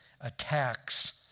attacks